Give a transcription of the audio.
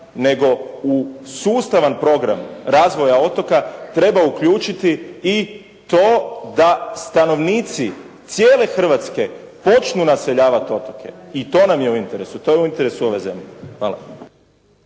nego u sustavan program razvoja otoka treba uključiti i to da stanovnici cijele Hrvatske počnu naseljavati otoke. I to nam je u interesu, to j eu interesu ove zemlje.